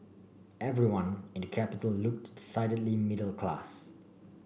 everyone in the capital looked decidedly middle class